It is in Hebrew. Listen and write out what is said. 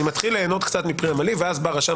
אני מתחיל ליהנות קצת מפרי עמלי ואז בא רשם